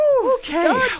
okay